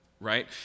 right